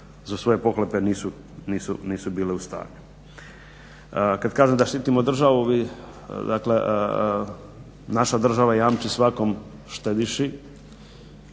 za svoje pohlepe nisu bile u stanju. Kad kažem da štitimo državu, dakle naša država jamči svakom štediši